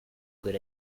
good